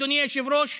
אדוני היושב-ראש,